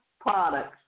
products